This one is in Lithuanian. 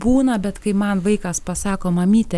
būna bet kai man vaikas pasako mamyte